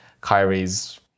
Kyrie's